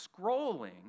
scrolling